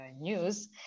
news